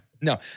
No